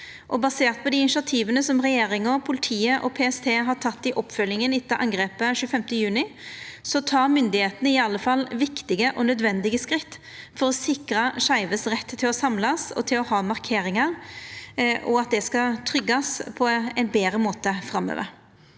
Basert på dei initiativa som regjeringa, politiet og PST har tatt i oppfølginga etter angrepet 25. juni, tek myndigheitene i alle fall viktige og nødvendige skritt for å sikra skeive sin rett til å samlast og å ha markeringar, og at den retten skal tryggjast på ein betre måte framover.